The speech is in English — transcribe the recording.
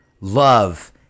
love